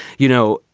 you know,